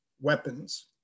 weapons